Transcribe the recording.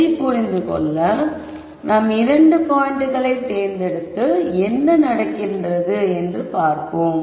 இதைப் புரிந்து கொள்ள நாம் இரண்டு பாயிண்ட்களை தேர்ந்தெடுத்து என்ன நடக்கிறது என்று பார்ப்போம்